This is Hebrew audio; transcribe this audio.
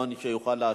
שיוכל להשיב.